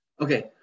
okay